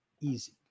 easy